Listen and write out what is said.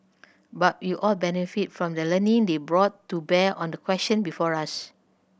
but we all benefited from the learning they brought to bear on the question before us